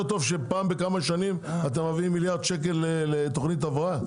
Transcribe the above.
יותר טוב שפעם בכמה שנים אתם מביאים מיליארד שקלים לתוכנית הבראה?